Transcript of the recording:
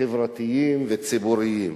חברתיים וציבוריים.